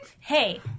Hey